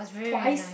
twice